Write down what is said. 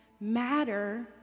matter